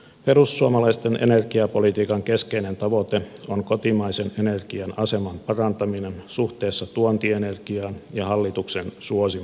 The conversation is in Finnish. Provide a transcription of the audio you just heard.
perussuomalaisten energiapolitiikan keskeinen tavoite on kotimaisen energian aseman parantaminen suhteessa tuontienergiaan ja hallituksen suosimaan kivihiileen